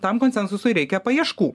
tam konsensusui reikia paieškų